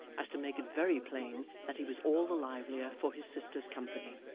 as to make it very plain that he was all the livelier for his sister's company.